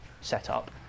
setup